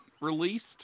released